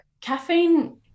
caffeine